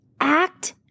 Act